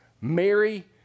Mary